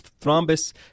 thrombus